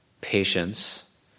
patience